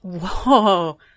whoa